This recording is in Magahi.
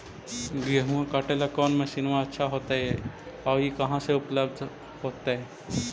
गेहुआ काटेला कौन मशीनमा अच्छा होतई और ई कहा से उपल्ब्ध होतई?